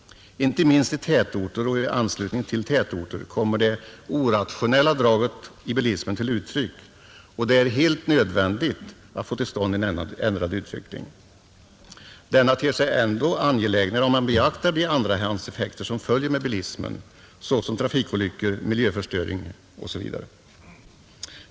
Inte minst i tätorter och i anslutning till tätorter kommer det orationella draget i bilismen till uttryck, och det är här helt nödvändigt att få till stånd en ändrad utveckling. Denna ter sig ännu angelägnare, om man beaktar de andrahandseffekter som följer med bilismen, såsom trafikolyckor, miljöförstöring osv.